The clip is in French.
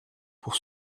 pour